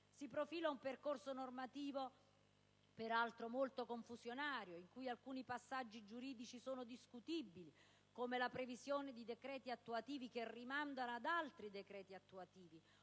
Si profila oggi un percorso normativo, peraltro, molto confusionario, in cui alcuni passaggi giuridici appaiono discutibili, come la previsione di decreti attuativi che rimandano ad altri decreti attuativi